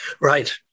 Right